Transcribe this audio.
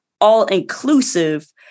all-inclusive